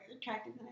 attractive